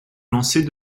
lancer